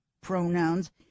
pronouns